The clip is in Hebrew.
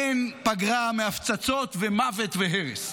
אין פגרה מהפצצות ומוות והרס.